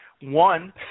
One